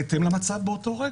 בהתאם למצב באותו רגע.